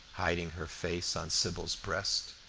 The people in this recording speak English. hiding her face on sybil's breast.